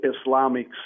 Islamic